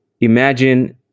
imagine